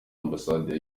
ambasade